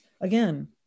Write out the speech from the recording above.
again